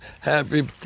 happy